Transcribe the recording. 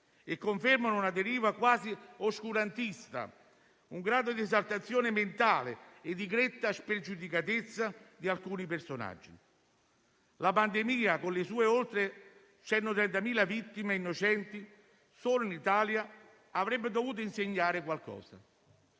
e confermano una deriva quasi oscurantista, un grado di esaltazione mentale e di gretta spregiudicatezza di alcuni personaggi. La pandemia, con le sue oltre 130.000 vittime innocenti solo in Italia, avrebbe dovuto insegnare qualcosa.